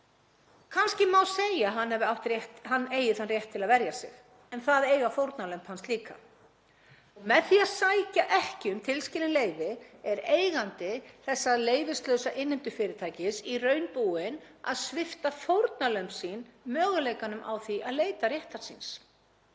Kannski má segja að hann eigi þann rétt til að verja sig en það eiga fórnarlömb hans líka. Með því að sækja ekki um tilskilin leyfi er eigandi þessa leyfislausa innheimtufyrirtækis í raun búinn að svipta fórnarlömb sín möguleikanum á því að leita réttar síns